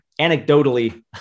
anecdotally